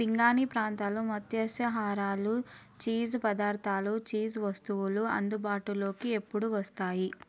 పింగాణీ ప్రాంతాలు మత్యస్సహారాలు చీజ్ పదార్థాలు చీజ్ వస్తువులు అందుబాటులోకి ఎప్పుడు వస్తాయి